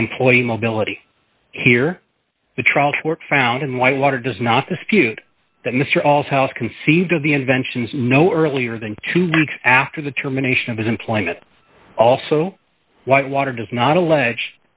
on employee mobility here the trial court found in whitewater does not dispute that mr all house conceived of the inventions no earlier than two weeks after the termination of his employment also whitewater does not allege